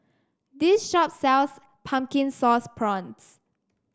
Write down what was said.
this shop sells Pumpkin Sauce Prawns